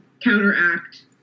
counteract